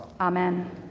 Amen